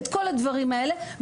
את כל הדברים האלה.